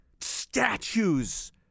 Statues